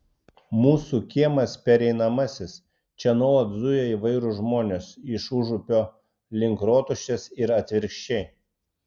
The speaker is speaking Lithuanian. mūsų kiemas pereinamasis čia nuolat zuja įvairūs žmonės iš užupio link rotušės ir atvirkščiai